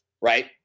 Right